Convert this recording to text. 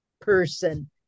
person